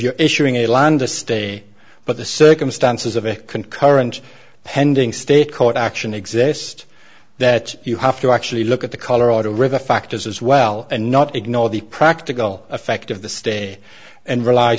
stay but the circumstances of a concurrent pending state court action exist that you have to actually look at the colorado river factors as well and not ignore the practical effect of the stay and rely